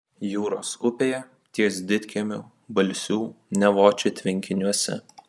jūros upėje ties didkiemiu balsių nevočių tvenkiniuose